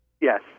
Yes